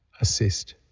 assist